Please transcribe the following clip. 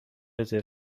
رزرو